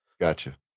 Gotcha